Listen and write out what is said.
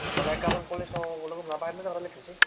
होमबालाय गाबोन कलेजाव बाहाय लोगो हमना बाहाय मोजां रायलायफिनसै